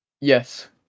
Yes